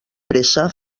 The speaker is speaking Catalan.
pressa